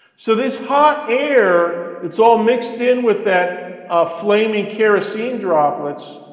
so this hot air that's all mixed in with that flaming kerosene droplets,